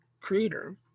creator